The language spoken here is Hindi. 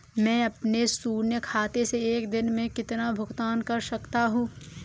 मैं अपने शून्य खाते से एक दिन में कितना भुगतान कर सकता हूँ?